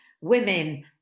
women